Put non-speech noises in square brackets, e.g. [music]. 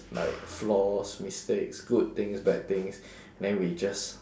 like flaws mistakes good things bad things [breath] then we just